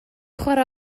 chwarae